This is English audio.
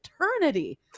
eternity